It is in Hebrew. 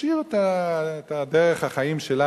להשאיר את דרך החיים שלו,